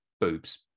boobs